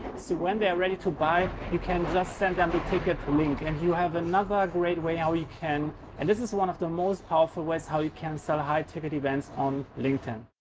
so when they are ready to buy, you can just send them the ticket link. and you have another great way how you can and this is one of the most powerful ways how you can sell high-ticket events on linkedin.